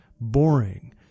boring